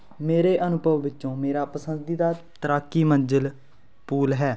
ਮੇਰੇ ਅਨੁਭਵ ਵਿੱਚੋਂ ਮੇਰਾ ਪਸੰਦੀਦਾ ਤੈਰਾਕੀ ਮੰਜ਼ਿਲ ਪੂਲ ਹੈ